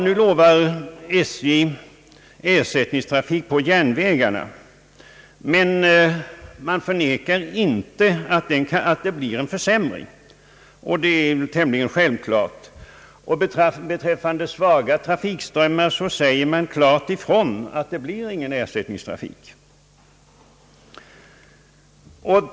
Nu lovar SJ ersättningstrafik på järnvägarna, men man förnekar inte att det blir en försämring — och det är väl tämligen självklart. Beträffande svaga trafiksträckor säger man klart ifrån att det inte blir någon ersättningstrafik.